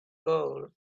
goal